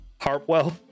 Harpwell